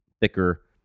thicker